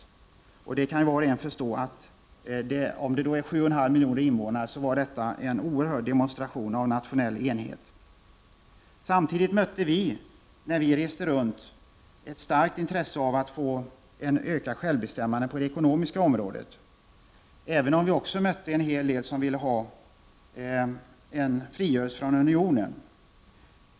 Var och en kan förstå att detta i länder som sammantaget har 7,5 miljoner invånare var en oerhört stark demonstration av nationell enighet. Samtidigt mötte vi när vi reste runt ett starkt intresse av att få ett ökat självbestämmande på det ekonomiska området, även om vi också mötte en hel del människor som ville ha en frigörelse från unionen.